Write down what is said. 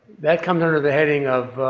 that come under the heading of